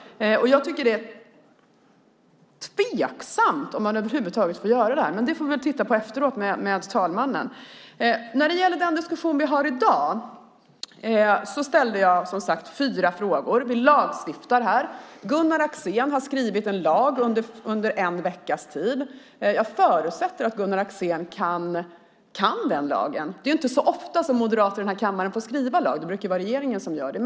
Det är tveksamt om man över huvud taget får göra så här. Det får vi titta på efteråt med talmannen. När det gäller den diskussion vi har i dag ställde jag fyra frågor. Vi lagstiftar här. Gunnar Axén har skrivit på en lag under en veckas tid. Jag förutsätter att Gunnar Axén kan lagen. Det är inte så ofta som Moderaterna här i kammaren får skriva lag. Det brukar vara regeringen som gör det.